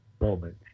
moment